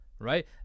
right